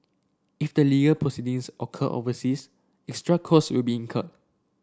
if the proceedings occur overseas extra costs will be incurred